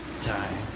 time